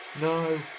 No